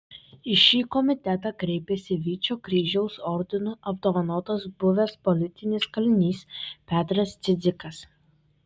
į šį komitetą kreipėsi vyčio kryžiaus ordinu apdovanotas buvęs politinis kalinys petras cidzikas